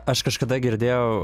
aš kažkada girdėjau